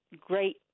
great